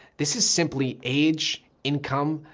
this is simply age, income,